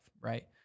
right